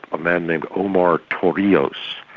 a man named omar torrijos.